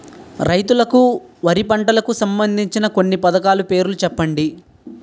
రైతులకు వారి పంటలకు సంబందించిన కొన్ని పథకాల పేర్లు చెప్పండి?